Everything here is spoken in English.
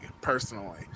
personally